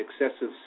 excessive